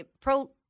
Pro